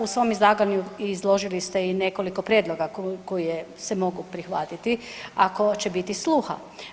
U svom izlaganju izložili ste i nekoliko prijedlog koje se mogu prihvatiti ako će biti sluha.